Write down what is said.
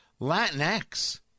Latinx